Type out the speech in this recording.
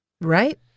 right